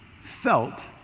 felt